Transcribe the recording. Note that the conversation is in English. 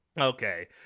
Okay